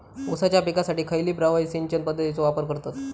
ऊसाच्या पिकासाठी खैयची प्रभावी सिंचन पद्धताचो वापर करतत?